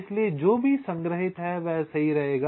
इसलिए जो भी संग्रहित है वह सही रहेगा